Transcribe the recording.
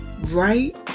right